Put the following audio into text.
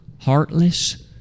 heartless